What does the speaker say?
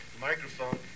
microphone